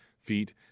feet